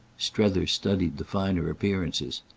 strether studied the finer appearances.